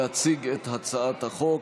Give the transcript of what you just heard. להציג את הצעת החוק,